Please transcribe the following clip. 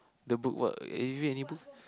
the book what do you read any book